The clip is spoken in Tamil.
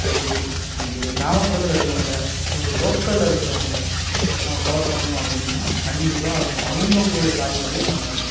பட் ஒரு சின் இதை கிராமப்புறத்தில் இருக்கவங்கள ஒரு லோக்கலில் இருக்குறவங்களை நம்ம கவர் பண்ணனும் அப்படின்னோம்னா கண்டிப்பாக அவங்கோ அவங்க அவங்களுடைய தாய்மொழியை நம்ம